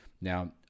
Now